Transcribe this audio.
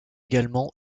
également